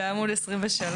בעמוד 23